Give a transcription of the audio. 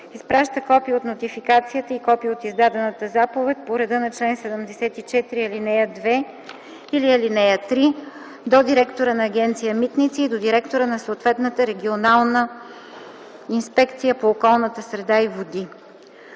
изпраща копие от нотификацията и копие от издадената заповед по реда на чл. 74, ал. 2 или ал. 3 до директора на Агенция „Митници” и до директора на съответната регионална инспекция по околната среда и води.”